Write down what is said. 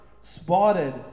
spotted